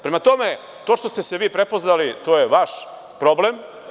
Prema tome, to što ste se vi prepoznali, to je vaš problem.